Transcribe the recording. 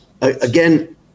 Again